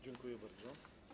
Dziękuję bardzo.